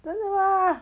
真的吗